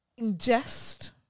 ingest